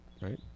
right